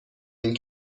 این